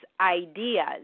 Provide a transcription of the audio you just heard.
ideas